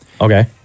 Okay